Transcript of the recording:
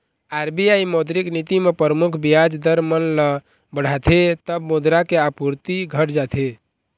RBI मौद्रिक नीति म परमुख बियाज दर मन ल बढ़ाथे तब मुद्रा के आपूरति घट जाथे